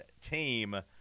team